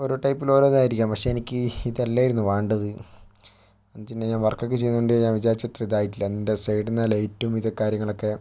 ഓരോ ടൈപ്പിലുള്ളതായിരിക്കാം പക്ഷേ എനിക്ക് ഇതല്ലായിരുന്നു വേണ്ടത് ഇത് ഞാൻ വർക്കൊക്കെ ചെയ്യുന്നതുകൊണ്ട് ഞാൻ വിചാരിച്ചത്ര ഇതായിട്ടില്ല എൻറെ സൈഡീന്നു ആ ലൈറ്റും ഇതൊക്കെ കാര്യങ്ങളൊക്കെ